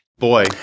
boy